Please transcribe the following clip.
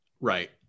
Right